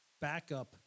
backup